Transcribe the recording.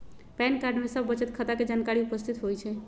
pan card में सभ बचत खता के जानकारी उपस्थित होइ छइ